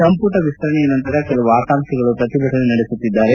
ಸಂಪುಟ ವಿಸ್ತರಣೆಯ ನಂತರ ಕೆಲವು ಆಕಾಂಕ್ಷಿಗಳು ಪ್ರತಿಭಟನೆ ನಡೆಸುತ್ತಿದ್ದಾರೆ